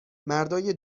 مردای